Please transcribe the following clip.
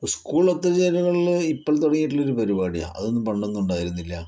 school ഒത്തുചേരലുകള് ഇപ്പോൾ തുടങ്ങിയിട്ടുള്ളൊരു പരിപാടിയാണ് അതൊന്നും പണ്ടൊന്നും ഉണ്ടായിരുന്നില്ല